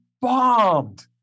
bombed